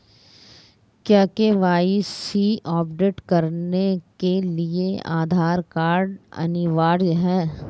क्या KYC update करने के लिए आधार कार्ड अनिवार्य है?